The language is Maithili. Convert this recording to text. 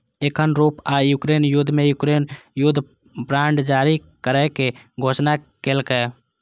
एखन रूस आ यूक्रेन युद्ध मे यूक्रेन युद्ध बांड जारी करै के घोषणा केलकैए